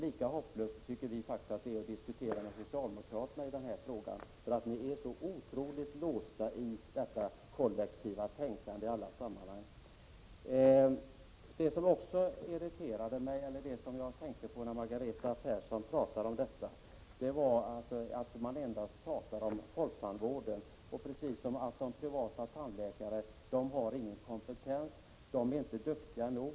Lika hopplöst tycker vi faktiskt att det är att diskutera med socialdemokra terna i denna fråga. Ni är så otroligt låsta i det kollektiva tänkandet i alla — Prot. 1987/88:31 sammanhang. 25 november 1987 Det som också irriterade mig, eller det som jag tänkte på, när Margareta Zig oo Persson pratade, var att det endast handlade om folktandvården. Det är precis som om de privata tandläkarna inte skulle ha någon kompetens. De skulle inte vara duktiga nog.